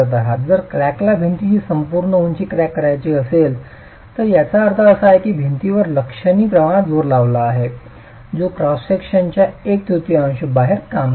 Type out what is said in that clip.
जर क्रॅकला भिंतीची संपूर्ण उंची क्रॅक करायची असेल तर याचा अर्थ असा आहे की भिंतीवर लक्षणीय प्रमाणात जोर लावला आहे जो क्रॉस सेक्शनच्या एक तृतीयांश बाहेर काम करीत आहे